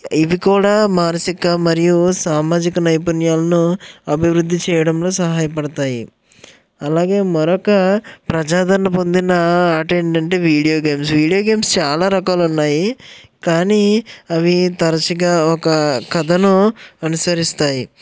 ఇవి కూడా మానసిక మరియు సామాజిక నైపుణ్యాలను అభివృద్ధి చేయడంలో సహాయపడతాయి అలాగే మరొక ప్రజాదరణ పొందిన ఆట ఏంటంటే వీడియో గేమ్స్ వీడియో గేమ్స్ చాలా రకాలు ఉన్నాయి కానీ అవి తరచుగా ఒక కథను అనుసరిస్తాయి